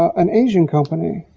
an asian company?